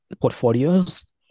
portfolios